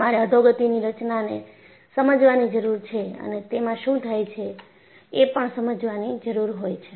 તમારે અધોગતિની રચનાને સમજવાની જરૂર છે અને તેમાં શું થાય છે એ પણ સમજવાની જરૂર હોય છે